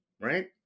right